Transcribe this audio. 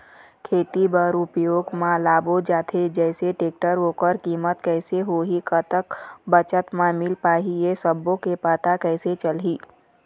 खेती बर उपयोग मा लाबो जाथे जैसे टेक्टर ओकर कीमत कैसे होही कतेक बचत मा मिल पाही ये सब्बो के पता कैसे चलही?